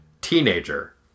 teenager